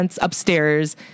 upstairs